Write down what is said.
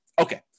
Okay